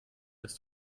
dass